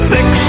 Six